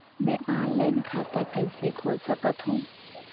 मैं ऑनलाइन खाता कइसे खोल सकथव?